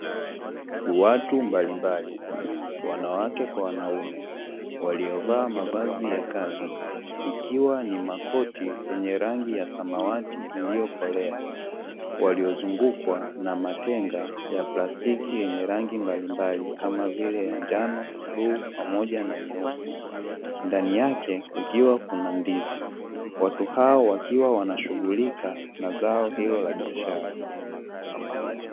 Watu mbalimbali wanawake kwa wanaume waliovaa mavazi ya kazi ikiwa ni makoti yenye rangi ya samawati iliyokolea, waliozungukwa na matenga ya plastiki yenye rangi mbalimbali kama vile ya njano, bluu pamoja na nyeusi ndani yake kukiwa kuna ndizi, watu hao wakiwa wanashughulika na zao hilo la biashara.